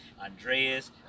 Andreas